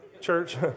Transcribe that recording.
church